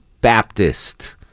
Baptist